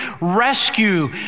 rescue